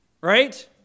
Right